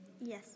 Yes